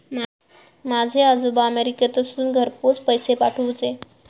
माझे आजोबा अमेरिकेतसून घरपोच पैसे पाठवूचे